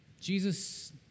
Jesus